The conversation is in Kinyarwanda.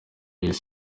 yise